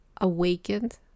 awakened